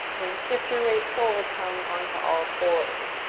then shift your weight forward, come onto all fours.